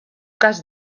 cas